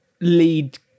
lead